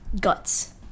guts